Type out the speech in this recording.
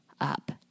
up